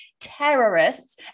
terrorists